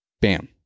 bam